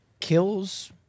kills